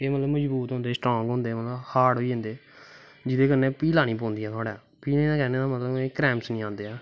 एह् मतलव मज़बूत होंदे मतलव हाड़ होई जंदे जेह्दे कन्नै फ्ही लानें पौंदियां दौड़ां फ्ही एह्दा कैह्नें दा मतलव क्रैमस नी आंदे ऐं